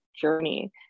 journey